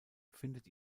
findet